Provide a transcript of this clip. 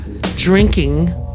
drinking